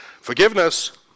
Forgiveness